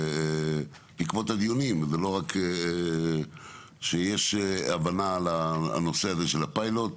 זה שיש הבנה לגבי הנושא של הפיילוט,